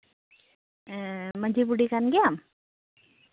ᱦᱮᱸ ᱢᱟᱹᱡᱷᱤ ᱵᱩᱰᱷᱤ ᱠᱟᱱ ᱜᱮᱭᱟᱢ